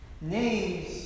Names